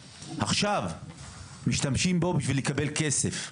עכשיו משתמשים בנשק הזה בשביל לקבל כסף,